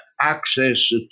access